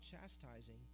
chastising